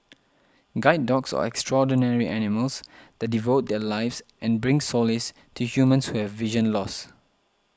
guide dogs are extraordinary animals that devote their lives and bring solace to humans who have vision loss